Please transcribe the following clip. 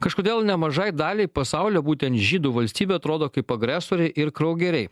kažkodėl nemažai daliai pasaulio būtent žydų valstybė atrodo kaip agresoriai ir kraugeriai